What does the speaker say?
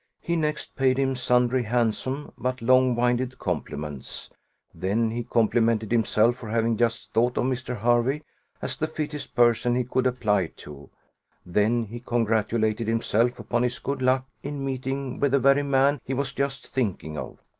he next paid him sundry handsome, but long-winded compliments then he complimented himself for having just thought of mr. hervey as the fittest person he could apply to then he congratulated himself upon his good luck in meeting with the very man he was just thinking of.